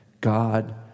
God